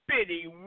Bitty